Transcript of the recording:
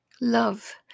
Love